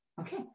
Okay